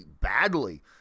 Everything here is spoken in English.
badly